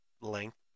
length